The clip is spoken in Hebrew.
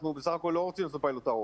אנחנו בסך הכול לא רוצים לעשות פיילוט ארוך.